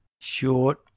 Short